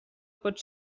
pot